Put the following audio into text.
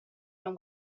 non